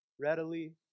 readily